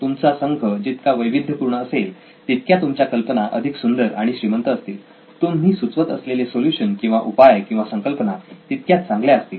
तुमचा संघ जितका वैविध्यपूर्ण असेल तितक्या तुमच्या कल्पना अधिक सुंदर आणि श्रीमंत असतील तुम्ही सुचवत असलेले सोल्युशन किंवा उपाय आणि संकल्पना तितक्या चांगल्या असतील